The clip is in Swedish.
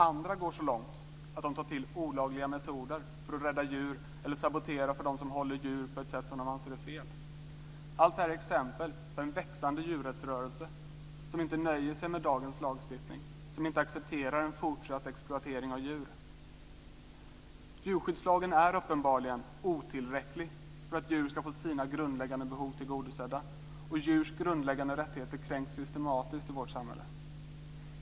Andra går så långt att de tar till olagliga metoder för att rädda djur eller för att sabotera för dem som håller djur på ett sätt de anser är fel. Allt detta är exempel på en växande djurrättsrörelse som inte nöjer sig med dagens lagstiftning, som inte accepterar en fortsatt exploatering av djur. Djurskyddslagen är uppenbarligen otillräcklig för att djur ska få sina grundläggande behov tillgodosedda. Djurs grundläggande rättigheter kränks systematiskt i vårt samhälle.